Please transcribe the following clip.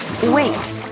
Wait